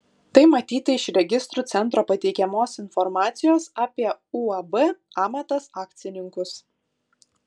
tai matyti iš registrų centro pateikiamos informacijos apie uab amatas akcininkus